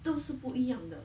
都是不一样的